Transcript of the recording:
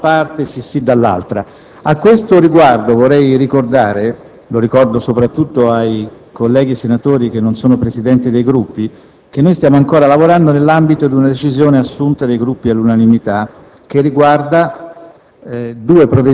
senza «no no», da una parte, o «sì, sì», dall'altra. A questo riguardo vorrei ricordare, soprattutto ai colleghi senatori che non sono Presidenti di Gruppo, che stiamo ancora lavorando nell'ambito di una decisione assunta dai Gruppi all'unanimità che riguarda